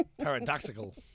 Paradoxical